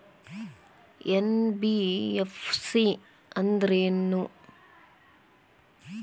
NBFC ಅಂದ್ರೇನು?